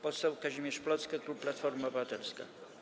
Poseł Kazimierz Plocke, klub Platforma Obywatelska.